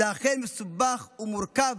זה אכן מסובך ומורכב,